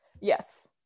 Yes